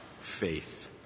faith